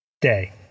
day